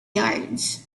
yards